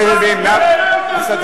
חבר הכנסת נסים זאב, תשב.